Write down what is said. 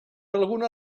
alguna